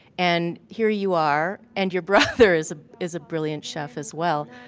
and here you are. and your brother is ah is a brilliant chef as well.